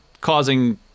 causing